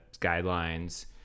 guidelines